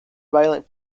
violent